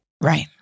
Right